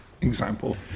example